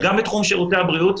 גם בתחום שירותי הבריאות.